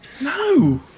No